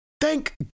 thank